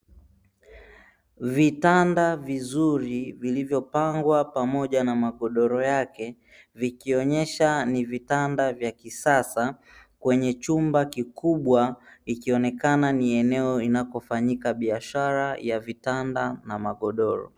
Vitanda vizuri vilivyopangwa pamoja na makodoro yake vikionyesha ni vitanda vya kisasa kwenye chumba kikubwa ikionekana ni eneo inakofanyika biashara ya vitanda na magodoro.